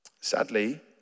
Sadly